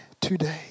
today